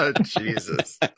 Jesus